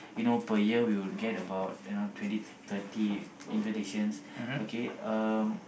you know per year we will get about you know twenty to thirty invitations okay um